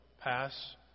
Pass